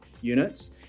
units